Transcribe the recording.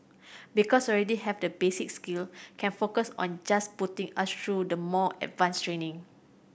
because already have the basic skill can focus on just putting us through the more advanced training